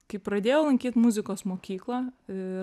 kai pradėjau lankyt muzikos mokyklą ir